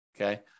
okay